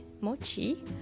mochi